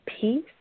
peace